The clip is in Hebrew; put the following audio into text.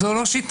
זו לא שיטה.